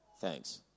Thanks